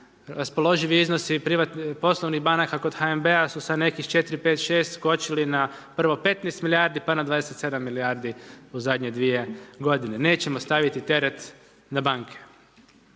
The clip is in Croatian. raspoloživi iznosi poslovnih banaka kod HNB-a su sa nekih 4, 5, 6 skočili na prvo 15 milijardi pa na 27 milijardi u zadnje 2 g. Nećemo staviti teret na banke.